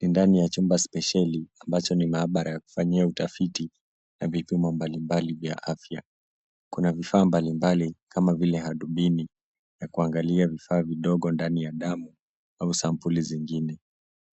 Ni ndani ya chumba spesheli ambacho ni maabara ya kufanyia utafiti na vipimo mbalimbali vya afya. Kuna vifaa mbalimbali kama vile hadubini ya kuangalia vifaa vidogo ndani ya damu au sampuli zingine.